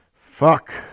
Fuck